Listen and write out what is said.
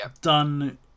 done